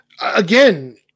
again